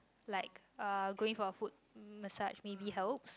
like uh going for foot message maybe helps